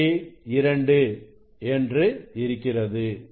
2 என்று இருக்கிறது